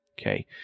Okay